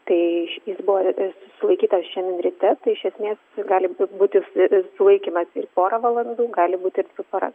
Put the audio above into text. tai jis buvo sulaikytas šiandien ryte tai iš esmės gali būti ir sulaikymas ir porą valandų gali būti ir dvi paras